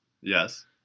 Yes